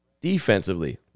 defensively